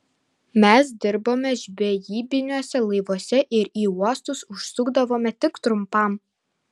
mes dirbome žvejybiniuose laivuose ir į uostus užsukdavome tik trumpam